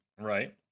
Right